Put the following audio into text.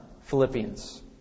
Philippians